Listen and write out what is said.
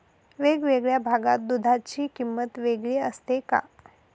वेगवेगळ्या भागात दूधाची किंमत वेगळी असते का?